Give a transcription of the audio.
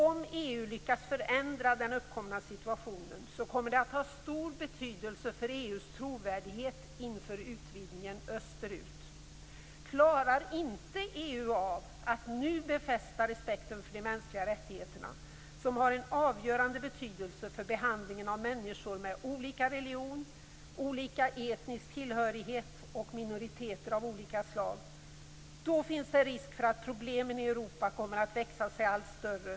Om EU lyckas förändra den uppkomna situationen kommer det att ha stor betydelse för EU:s trovärdighet inför utvidgningen österut. Klarar inte EU av att nu befästa respekten för de mänskliga rättigheterna, som har en avgörande betydelse för behandlingen av människor med olika religion, olika etnisk tillhörighet och minoriteter av olika slag, finns det risk för att problemen i Europa kommer att växa sig allt större.